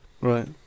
Right